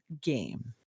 game